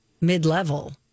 mid-level